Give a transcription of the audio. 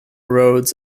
roads